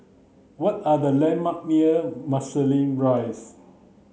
what are the landmarks near Marsiling Rise